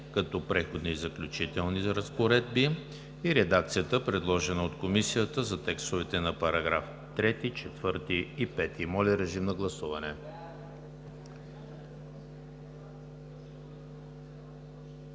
като „Преходни и заключителни разпоредби“; и редакцията, предложена от Комисията за текстовете на параграфи 3, 4 и 5. Гласували